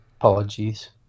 apologies